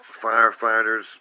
firefighters